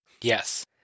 Yes